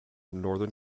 northern